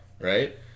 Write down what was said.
right